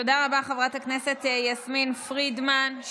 תודה רבה, חברת הכנסת יסמין פרידמן.